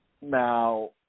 Now